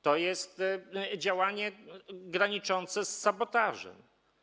To jest działanie graniczące z sabotażem.